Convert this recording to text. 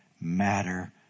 matter